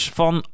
van